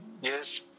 Yes